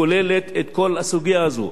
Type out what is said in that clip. הכוללת את כל הסוגיה הזאת.